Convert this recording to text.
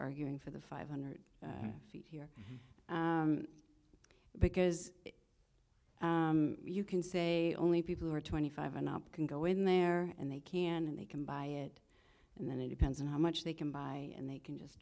arguing for the five hundred feet here because you can say only people who are twenty five and up can go in there and they can and they can buy it and then it depends on how much they can buy and they can just